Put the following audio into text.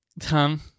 Tom